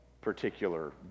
particular